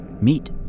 Meet